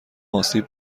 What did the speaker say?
آسیب